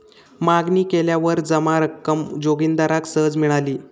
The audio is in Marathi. मागणी केल्यावर जमा रक्कम जोगिंदराक सहज मिळाली